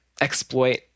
exploit